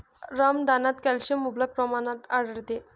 रमदानात कॅल्शियम मुबलक प्रमाणात आढळते